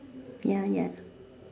ya ya